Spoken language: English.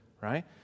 Right